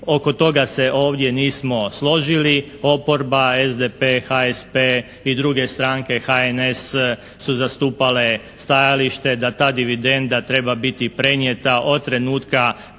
oko toga se ovdje nismo složili, oporba, SDP, HSP i druge stranke HNS su zastupale stajalište da ta dividenda treba biti prenijeta od trenutka